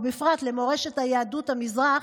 ובפרט למורשת יהדות המזרח,